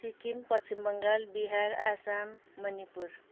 Sikkim Paschim Bangal Bihar Assam Manipur